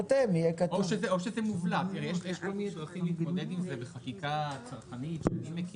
זה מובלע יש דרכים להתמודד עם זה בחקיקה צרכנית.